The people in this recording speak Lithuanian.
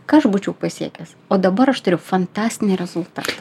ką aš būčiau pasiekęs o dabar aš turiu fantastinį rezultatą